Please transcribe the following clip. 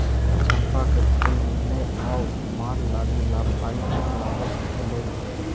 चंपा के फूल निर्णय आउ दिमाग लागी लाभकारी बतलाबल गेलई हे